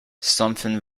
something